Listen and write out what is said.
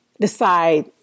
decide